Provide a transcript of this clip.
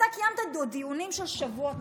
אתה קיימת דיונים של שבוע על